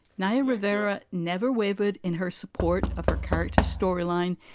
naya rivera never wavered in her support of her character's storyline.